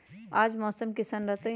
आज मौसम किसान रहतै?